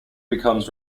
becomes